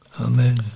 Amen